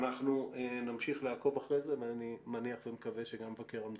אנחנו נמשיך לעקוב אחר זה ואני מניח ומקווה שגם מבקר המדינה.